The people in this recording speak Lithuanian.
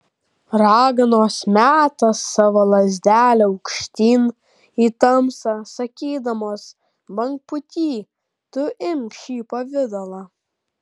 raganos meta savo lazdelę aukštyn į tamsą sakydamos bangpūty tu imk šį pavidalą